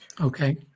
Okay